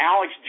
Alex